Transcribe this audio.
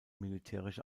militärische